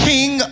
King